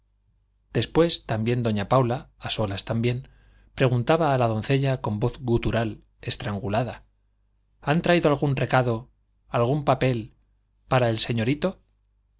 después también doña paula a solas también preguntaba a la doncella con voz gutural estrangulada han traído algún recado algún papel para el señorito